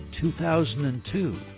2002